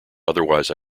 otherwise